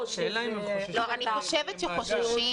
אני חושבת שחוששים.